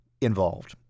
involved